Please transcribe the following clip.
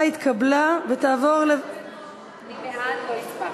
המדינה (תיקון, איסור